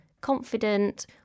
confident